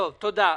תודה.